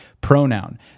pronoun